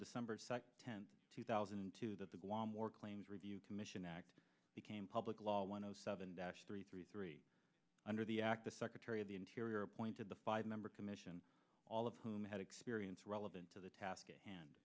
december tenth two thousand and two that the guam or claims review commission act became public law one o seven dash three three three under the act the secretary of the interior appointed the five member commission all of whom had experience relevant to the task at hand